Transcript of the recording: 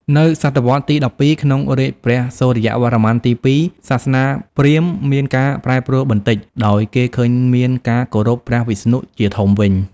នៅ ស.វ ទី ១២ ក្នុងរាជ្យព្រះសូរ្យវរ្ម័នទី ២ សាសនាព្រាហ្មណ៏មានការប្រែប្រួលបន្តិច ដោយគេឃើញមានការគោរពព្រះវិស្ណុះជាធំវិញ។